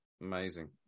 amazing